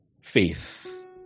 faith